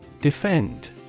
Defend